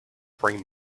bring